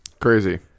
Crazy